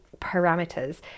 parameters